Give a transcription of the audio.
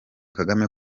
kagame